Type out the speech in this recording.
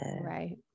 right